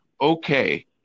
Okay